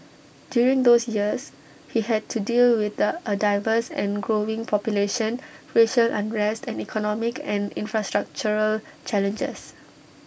during those years he had to deal with the A diverse and growing population racial unrest and economic and infrastructural challenges